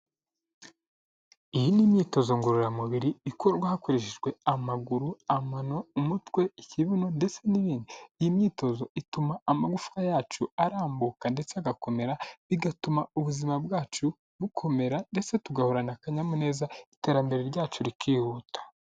Iyi ni imyitozo ngororamubiri, ikorwa hakoreshejwe amaguru, amano, umutwe, ikibuno ndetse n'ibindi, iyi myitozo ituma amagufwa yacu arambuka ndetse agakomera, bigatuma ubuzima bwacu bukomera, ndetse tugahorana akanyamuneza, iterambere ryacu rikihuta.